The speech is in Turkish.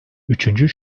üçüncü